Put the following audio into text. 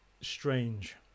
strange